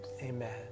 Amen